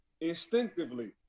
instinctively